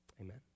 Amen